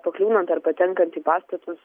pakliūnant ar patenkant į pastatus